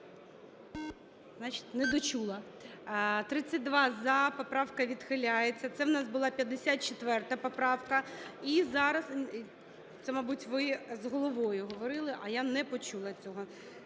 Значить недочула. 12:46:38 За-32 Поправка відхиляється. Це в нас була 54 поправка. І зараз… Це, мабуть, ви з головою говорили, а я не почула цього.